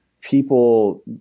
people